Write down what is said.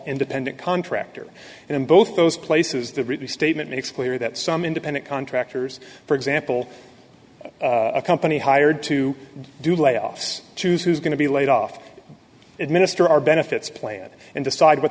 independent contractor and in both those places the review statement makes clear that some independent contractors for example a company hired to do layoffs choose who's going to be laid off administer our benefits plan and decide what